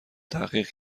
تحقیق